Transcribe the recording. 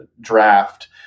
draft